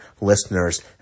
listeners